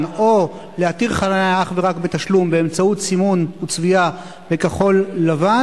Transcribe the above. או להתיר חנייה אך ורק בתשלום באמצעות סימון וצביעה בכחול-לבן,